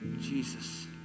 Jesus